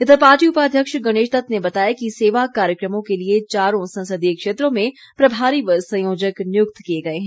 इधर पार्टी उपाध्यक्ष गणेश दत्त ने बताया कि सेवा कार्यक्रमों के लिए चारों संसदीय क्षेत्रों में प्रभारी व संयोजक नियुक्त किए गए हैं